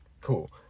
Cool